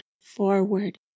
forward